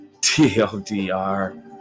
TLDR